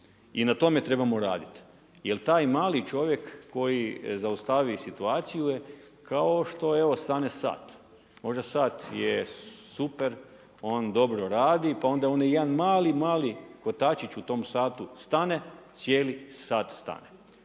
i na tome trebamo raditi, jer taj mali čovjek koji zaustavi situaciju je kao što evo stane sat. Možda sat je super, on dobro radi, pa onda on je jedan mali, mali kotačić u tom satu stane, cijeli sat stane.